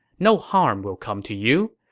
no harm will come to you.